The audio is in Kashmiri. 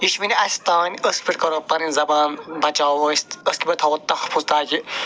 یہِ چھُ وَنہِ اَسہِ تام أسۍ کِتھ پٲٹھۍ کَرو پنٕنۍ زبان بچاوو أسۍ أسۍ کِتھ پٲٹھۍ تھاوو تحفظ تاکہِ